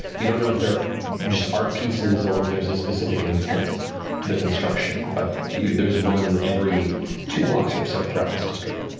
you don't know if they're just art pieces or if there's a specific intent to their construction but there's one every two blocks or so throughout this district.